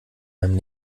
meinem